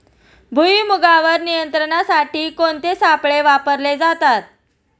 भुईमुगावर नियंत्रणासाठी कोणते सापळे वापरले जातात?